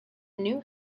new